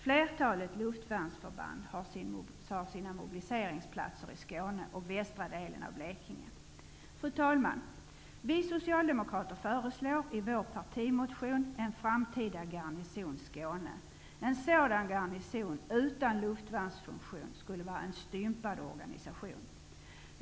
Flertalet luftvärnsförband har sina mobiliseringsplatser i Skåne och västra delen av Fru talman! Vi socialdemokrater föreslår i vår partimotion en framtida ''Garnison Skåne''. En sådan garnison utan luftvärnsfunktion skulle vara en stympad garnison.